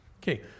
Okay